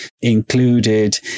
included